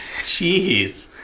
Jeez